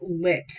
lit